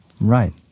right